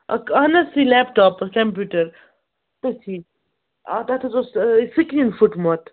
اکھ اہن حظ سُے لیپٹاپَس کَمپیوٗٹَر تٔتھی آ تَتھ حظ اوس سِکرٛیٖن پھٕٹمُت